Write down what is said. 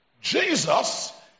Jesus